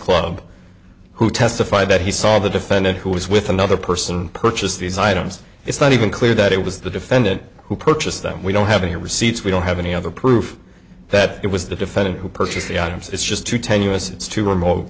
club who testified that he saw the defendant who was with another person and purchased these items it's not even clear that it was the defendant who purchased them we don't have any receipts we don't have any other proof that it was the defendant who purchased the items it's just too tenuous it's too remote